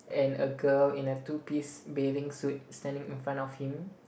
and a girl in a two piece bathing suit standing in front of him